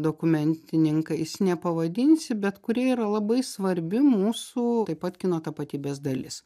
dokumentininkais nepavadinsi bet kurie yra labai svarbi mūsų taip pat kino tapatybės dalis